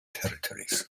territories